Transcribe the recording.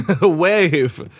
Wave